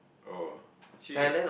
oh actually